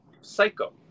psycho